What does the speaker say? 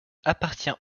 appartient